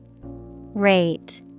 Rate